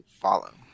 follow